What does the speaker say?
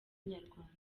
inyarwanda